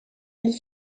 ils